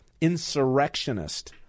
insurrectionist